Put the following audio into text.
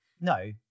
No